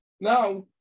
Now